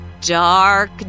dark